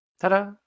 Ta-da